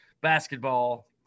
basketball